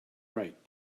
right